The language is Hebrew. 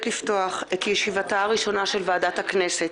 לפתוח את ישיבת ועדת הכנסת.